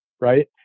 right